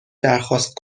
درخواست